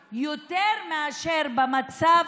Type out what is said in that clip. בנט,